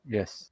Yes